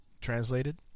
translated